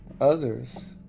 Others